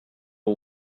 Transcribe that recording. are